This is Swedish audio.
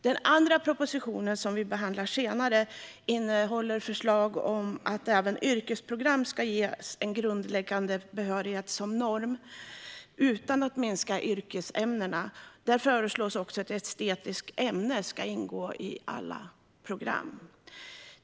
Den andra propositionen, som vi behandlar senare, innehåller förslag om att även yrkesprogram ska ge en grundläggande behörighet som norm, utan att man minskar yrkesämnenas andel. Där föreslås också att ett estetiskt ämne ska ingå i alla program.